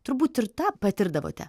turbūt ir tą patirdavote